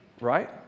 Right